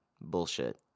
bullshit